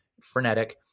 frenetic